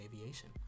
aviation